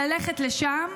ללכת לשם,